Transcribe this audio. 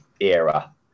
era